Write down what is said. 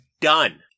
done